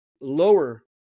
lower